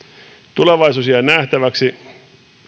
tulevaisuus jää nähtäväksi